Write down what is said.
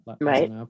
right